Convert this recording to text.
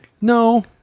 No